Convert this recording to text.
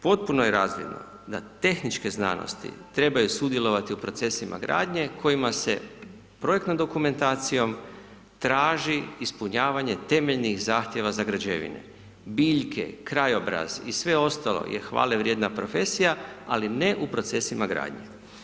Potpuno je razvidno da tehničke znanosti trebaju sudjelovati u procesima gradnje kojima se projektnom dokumentacijom traži ispunjavanje temeljnih zahtjeva za građevine, biljke, krajobraz i sve ostalo je hvale vrijedna profesija, ali ne u procesima gradnje.